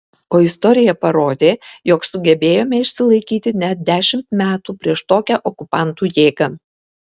o istorija parodė jog sugebėjome išsilaikyti net dešimt metų prieš tokią okupantų jėgą